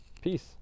peace